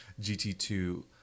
GT2